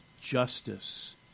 justice